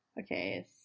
Okay